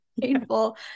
painful